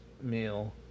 meal